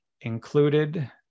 included